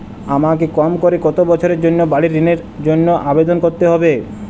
আমাকে কম করে কতো বছরের জন্য বাড়ীর ঋণের জন্য আবেদন করতে হবে?